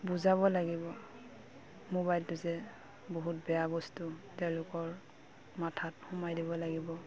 বুজাব লাগিব মোবাইলটো যে বহুত বেয়া বস্তু তেওঁলোকৰ মাথাত সোমোৱাই দিব লাগিব